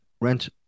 Rent